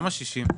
למה 60?